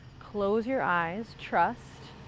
close your eyes, trust.